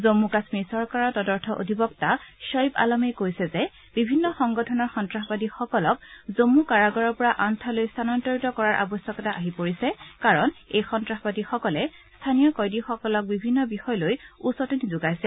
জম্মূ কাশ্মীৰ চৰকাৰৰ তদৰ্থ অধিবক্তা শ্বইব আলমে কৈছে যে বিভিন্ন সংগঠনৰ সন্নাসবাদীসকলক জম্মু কাৰাগাৰৰ পৰা আন ঠাইলৈ স্থানান্তৰিত কৰাৰ আৱশ্যকতা আহি পৰিছে কাৰণ এই সন্ত্ৰাসবাদীসকলে স্থানীয় কয়দীসকলক বিভিন্ন বিষয় লৈ উচতনি যোগাইছে